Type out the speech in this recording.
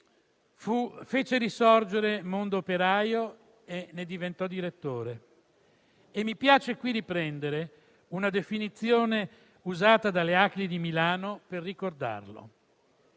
Fece risorgere «Mondoperaio» e ne diventò direttore e mi piace qui riprendere una definizione usata dalle ACLI di Milano per ricordarlo: